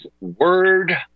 word